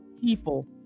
people